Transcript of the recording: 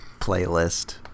playlist